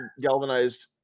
galvanized